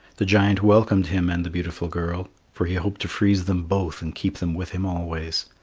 the giant welcomed him and the beautiful girl, for he hoped to freeze them both and keep them with him always.